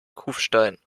kufstein